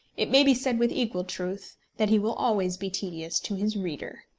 it may be said with equal truth that he will always be tedious to his readers.